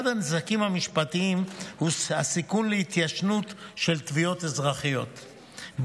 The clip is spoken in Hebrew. אחד הנזקים המשפטיים הוא הסיכון להתיישנות של תביעות אזרחיות,